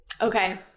Okay